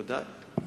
בוודאי.